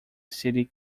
city